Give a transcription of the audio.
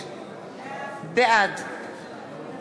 אדוני השר,